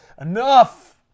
Enough